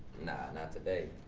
nah, not today.